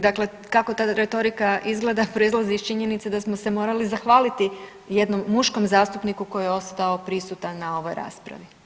Dakle, kako ta retorika izgleda proizlazi iz činjenice da smo se morali zahvaliti jednom muškom zastupniku koji je ostao prisutan na ovoj raspravi.